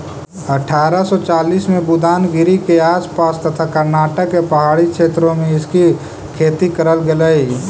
अठारा सौ चालीस में बुदानगिरी के आस पास तथा कर्नाटक के पहाड़ी क्षेत्रों में इसकी खेती करल गेलई